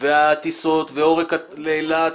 לטיסות לאילת.